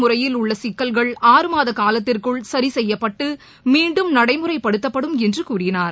முறையில் உள்ளசிக்கல்கள் ஆறு மாதகாலத்திற்குள் சரிசெய்யப்பட்டுமீன்டும் நடமுறைப்படுத்தப்படும் என்றகாமராஜ் கூறினார்